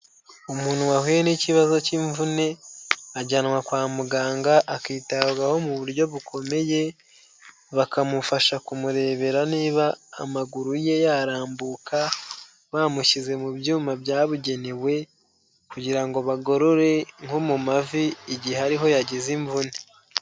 Umuntu wahuye n'ikibazo cy'imvune ajyanwa kwa muganga akitabwaho mu buryo bukomeye, bakamufasha kumurebera niba amaguru ye yarambuka bamushyize mu byuma byabugenewe kugira ngo bagorore nko mu mavi igihe ariho yagize imvune.